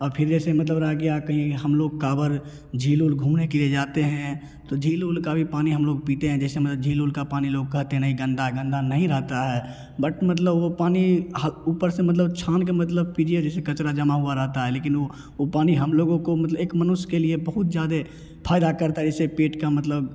और फिर जैसे मतलब रह गया कहीं हम लोग कावर झील उल घूमने के लिए जाते हैं तो झील उल का भी पानी हम लोग पीते हैं जैसे में झील उल का पानी लोग कहते हैं नहीं गन्दा गन्दा नहीं रहता है बट मतलब वह पानी ह ऊपर से मतलब छान के मतलब पीजिए जैसे कचरा जमा हुआ रहता है लेकिन वह वह पानी हम लोगों को मत एक मनुष्य के लिए बहुत ज़्यादा फ़ायदा करता है जैसे पेट का मतलब